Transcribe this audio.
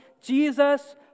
Jesus